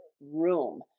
room